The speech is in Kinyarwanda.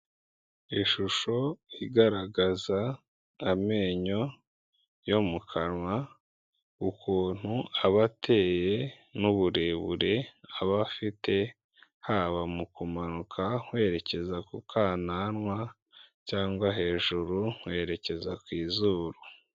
Ishusho igaragaza amenyo yo mu kanwa ukuntu aba ateye n'uburebure aba afite haba mu kumanuka werekeza ku kananwa cyangwa hejuru werekeza ku izuru.